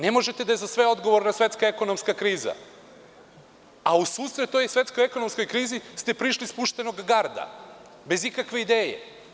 Ne možete da kažete da je za sve odgovorna svetska ekonomska kriza, a u susret toj svetskoj ekonomskoj krizi ste prišli spuštenog garda, bez ikakve ideje.